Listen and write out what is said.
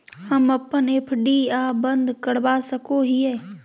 हम अप्पन एफ.डी आ बंद करवा सको हियै